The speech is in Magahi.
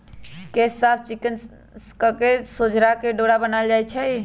केश साफ़ चिक्कन कके सोझरा के डोरा बनाएल जाइ छइ